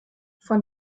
von